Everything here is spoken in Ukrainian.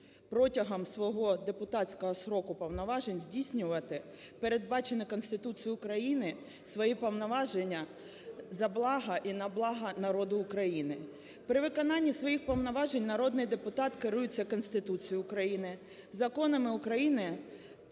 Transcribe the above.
протягом свого депутатського строку повноважень здійснювати передбачені Конституцією України свої повноваження за благо і на благо народу України. При виконанні своїх повноважень народний депутат керується Конституцією України, законами України